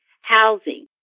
housing